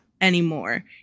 anymore